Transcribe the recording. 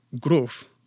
growth